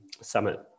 Summit